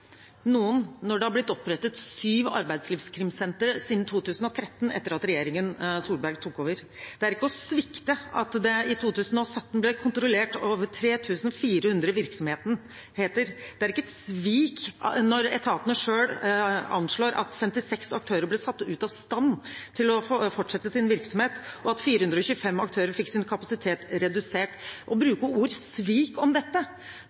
noen når det har blitt opprettet sju a-krimsentre siden 2013, da regjeringen Solberg tok over. Det er ikke å svikte at over 3 400 virksomheter ble kontrollert i 2017. Det er ikke et svik når etatene selv anslår at 56 aktører ble satt ut av stand til å fortsette sin virksomhet, og at 425 aktører fikk sin kapasitet redusert. Når man bruker ordet «svik» om dette,